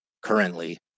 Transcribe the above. currently